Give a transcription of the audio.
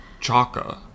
chaka